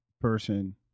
person